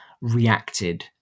reacted